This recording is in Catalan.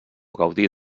gaudir